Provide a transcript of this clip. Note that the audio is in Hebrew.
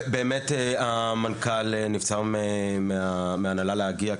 באמת המנכ"ל נבצר מההנהלה להגיע,